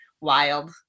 wild